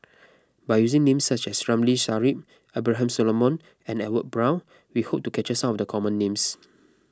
by using names such as Ramli Sarip Abraham Solomon and Edwin Brown we hope to capture some of the common names